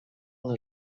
posa